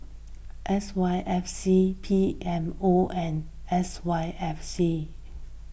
S Y F C P M O and S Y F C